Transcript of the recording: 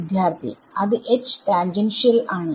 വിദ്യാർത്ഥി അത് H tangential ആണ്